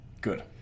Good